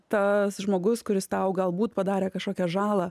tas žmogus kuris tau galbūt padarė kažkokią žalą